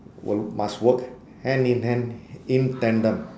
will must work hand in hand in tandem